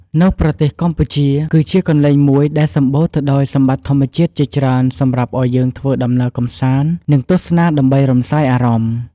នៅប្រទេសកម្ពុជាគឺជា កន្លែងមួយដែលសម្បូរទៅដោយសម្បិត្តិធម្មជាតិជាច្រើនសម្រាប់ឲ្យយើងធ្វើដំណើរកម្សាន្ត និងទស្សនាដើម្បីរំសាយអារម្មណ៍។